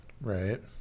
Right